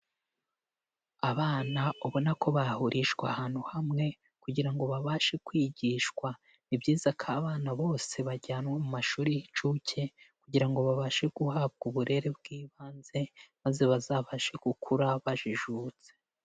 Abana ubona ko bahurijwe ahantu hamwe, kugira ngo babashe kwigishwa. Ni byiza ko abana bose bajyanwa mu mashuri y'inshuke, kugira ngo babashe guhabwa uburere bw'ibanze maze bazabashe gukura bajijutse.